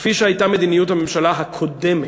כפי שהייתה מדיניות הממשלה הקודמת,